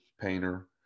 painter